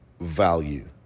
value